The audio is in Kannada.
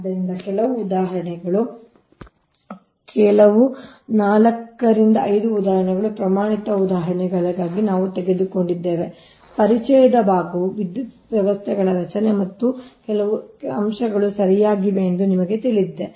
ಆದ್ದರಿಂದ ಕೆಲವು ಉದಾಹರಣೆಗಳು ಕೆಲವು 4 5 ಉದಾಹರಣೆಗಳು ಪ್ರಮಾಣಿತ ಉದಾಹರಣೆಗಳಿಗಾಗಿ ನಾವು ತೆಗೆದುಕೊಂಡಿದ್ದೇವೆ ಪರಿಚಯದ ಭಾಗವು ವಿದ್ಯುತ್ ವ್ಯವಸ್ಥೆಗಳ ರಚನೆ ಮತ್ತು ಇತರ ಕೆಲವು ಅಂಶಗಳು ಸರಿಯಾಗಿವೆ ಎಂದು ನಿಮಗೆ ತಿಳಿದಿದೆ